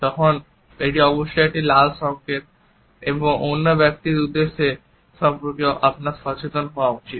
তখন এটি অবশ্যই একটি লাল সংকেত এবং অন্য ব্যক্তির উদ্দেশ্য সম্পর্কে আপনার সচেতন হওয়া উচিত